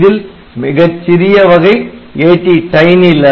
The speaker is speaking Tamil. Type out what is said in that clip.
இதில் மிகச் சிறிய வகை ATTiny 11